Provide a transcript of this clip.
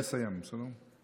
תתחיל לסיים, בסדר?